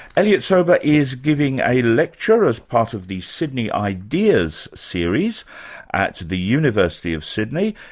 elliot sober is giving a lecture as part of the sydney ideas series at the university of sydney.